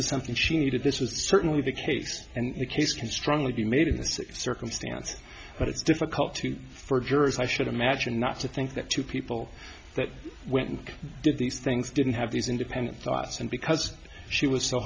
was something she needed this was certainly the case and the case can strongly be made in six circumstances but it's difficult to for jurors i should imagine not to think that two people that went and did these things didn't have these independent thoughts and because she was so